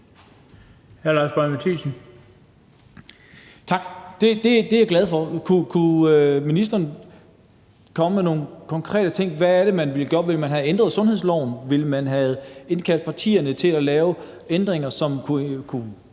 Tak. Det er jeg glad for. Kunne ministeren komme med nogle konkrete ting, i forhold til hvad det var, man ville gøre? Ville man have ændret sundhedsloven? Ville man have indkaldt partierne til at lave ændringer, som kunne